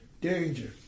danger